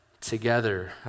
Together